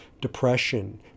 depression